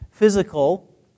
physical